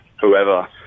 whoever